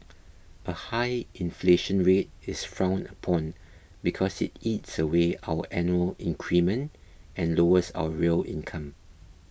a high inflation rate is frowned upon because it eats away our annual increment and lowers our real income